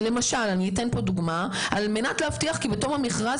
אתן דוגמה: "על מנת להבטיח כי בתום המכרז